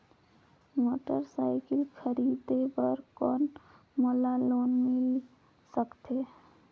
Motorcycle खरीदे बर कौन मोला लोन मिल सकथे?